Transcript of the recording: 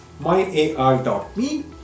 myar.me